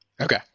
Okay